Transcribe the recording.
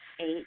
Eight